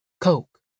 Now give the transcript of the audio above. coke